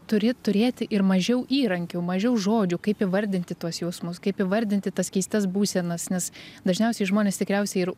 turi turėti ir mažiau įrankių mažiau žodžių kaip įvardinti tuos jausmus kaip įvardinti tas keistas būsenas nes dažniausiai žmonės tikriausiai ir